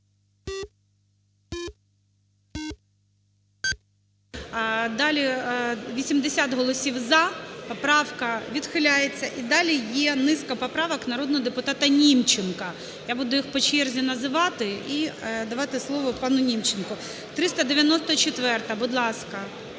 Далі… 80 голосів "за", поправка відхиляється. І далі є низка поправок народного депутата Німченка, я буду їх по черзі називати і давати слово пану Німченку. 394-а, будь ласка.